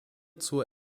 zur